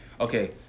Okay